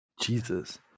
Jesus